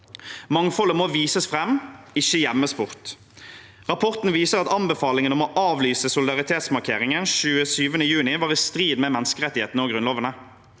Mangfoldet må vises fram, ikke gjemmes bort. Rapporten viser at anbefalingen om å avlyse solidaritetsmarkeringen 27. juni var i strid med menneskerettighetene og Grunnloven.